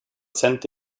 sent